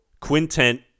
Quintet